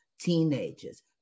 teenagers